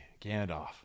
Gandalf